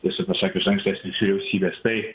tiesą pasakius ankstesnės vyriausybės tai